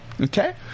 Okay